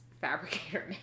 fabricator